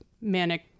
manic